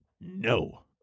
No